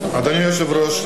אדוני היושב-ראש,